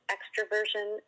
Extroversion